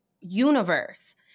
universe